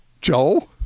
joel